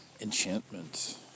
enchantment